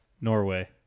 Norway